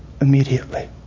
immediately